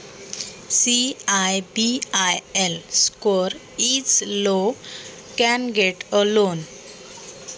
CIBIL score कमी आहे कर्ज मिळेल का?